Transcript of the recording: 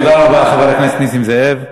תודה רבה, חבר הכנסת נסים זאב.